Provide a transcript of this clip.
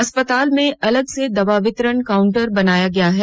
अस्पताल में अलग से दवा वितरण काउंटर बनाया गया है